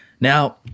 Now